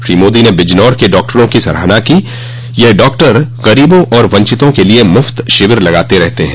श्री मोदी ने बिजनौर के डॉक्टरों की सराहना की यह डॉक्टर गरीबों और वंचितों के लिए मुफ़्त शिविर लगाते रहते हैं